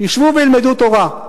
שישבו וילמדו תורה.